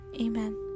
amen